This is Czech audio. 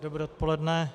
Dobré odpoledne.